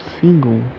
single